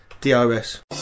DRS